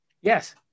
yes